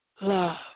love